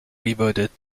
reverted